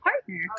partner